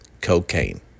cocaine